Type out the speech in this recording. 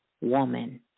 woman